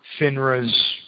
FINRA's